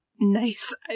nice